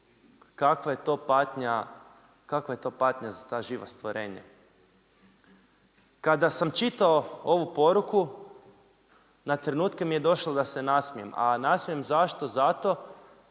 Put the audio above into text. kakva je to patnja za ta živa stvorenja. Kada sam čitao ovu poruku, na trenutke mi je došlo da se nasmijem, a nasmijem zašto? Zato